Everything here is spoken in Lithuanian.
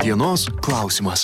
dienos klausimas